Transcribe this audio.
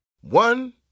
One